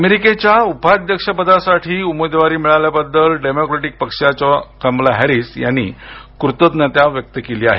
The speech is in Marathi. अमेरिकेच्या उपाध्यक्ष पदासाठी उमेदवारी मिळाल्याबद्दल डेमोक्रेटिक पक्षाच्या उमेदवार कमला हॅरीस यांनी कृतज्ञता व्यक्त केली आहे